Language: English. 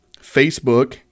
Facebook